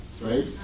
right